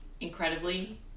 incredibly